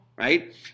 right